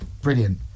Brilliant